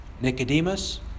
Nicodemus